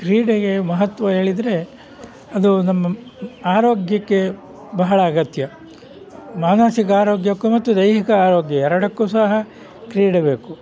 ಕ್ರೀಡೆಗೆ ಮಹತ್ವ ಹೇಳಿದ್ರೆ ಅದು ನಮ್ಮ ಆರೋಗ್ಯಕ್ಕೆ ಬಹಳ ಅಗತ್ಯ ಮಾನಸಿಕ ಆರೋಗ್ಯಕ್ಕೂ ಮತ್ತು ದೈಹಿಕ ಆರೋಗ್ಯ ಎರಡಕ್ಕೂ ಸಹ ಕ್ರೀಡೆ ಬೇಕು